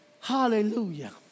Hallelujah